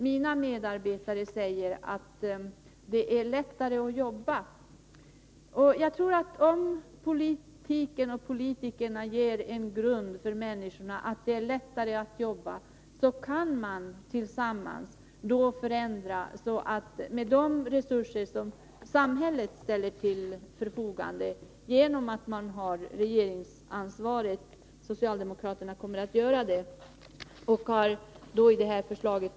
Mina medarbetare säger att det är lättare att jobba. Om politiken och politikerna ställer resurser till förfogande kan man tillsammans förändra bilden. Socialdemokraterna kommer att göra detta, det visar de med den här propositionen.